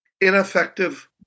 ineffective